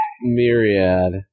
Myriad